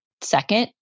Second